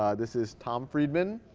um this is tom friedman,